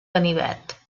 ganivet